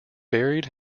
buried